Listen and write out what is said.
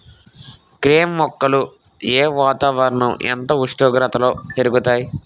కెమ్ మొక్కలు ఏ వాతావరణం ఎంత ఉష్ణోగ్రతలో పెరుగుతాయి?